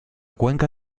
cuenca